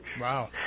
Wow